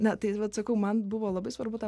na tai vat sakau man buvo labai svarbu tą